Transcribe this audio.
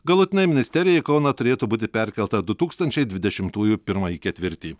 galutinai ministerija į kauną turėtų būti perkelta du tūkstančiai dvidešimtųjų pirmąjį ketvirtį